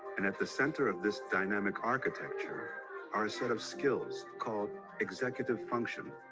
and at the center of this dynamic architecture are sort of skills called executive function,